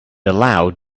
aloud